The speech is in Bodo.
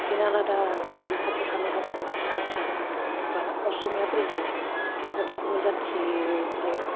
बिखायनो आलादा जोंनि बे खाथियाव थानाय हारसा हारसाफोरा बा असमियाफोर आरो जोंथ' गुबुन जाथि बेलेक